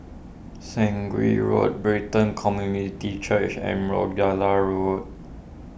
Sungei Road Brighton Community Church and Rochdale Road